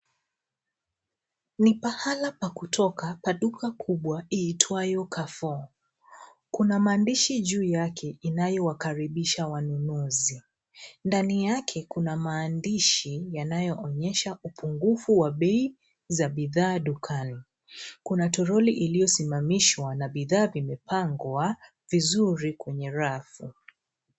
Ni pahali pa kutoka pa duka kubwa itwayo Carrefour. Kuna maandishi juu yake inayowakaribisha wanunuzi, ndani yake kuna maandishi yanayoonyesha upungufu wa bei za bidhaa dukani. Kuna toroli iliyosimamishwana bidhaa vimepangwa vizuri kwenye rafu.